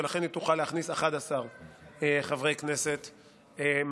ולכן היא תוכל להכניס 11 חברי כנסת מחליפים.